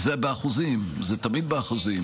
זה באחוזים, זה תמיד באחוזים,